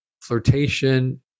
flirtation